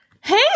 Hey